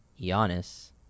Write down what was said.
Giannis